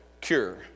cure